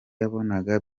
yabonaga